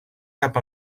cap